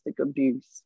abuse